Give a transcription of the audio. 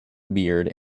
beard